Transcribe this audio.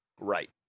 Right